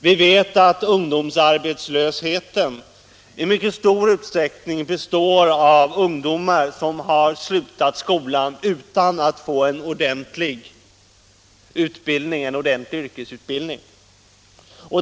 Vi vet att ungdomsarbetslösheten i mycket stor utsträckning drabbar ungdomar som har slutat skolan utan att få en ordentlig yrkesutbildning.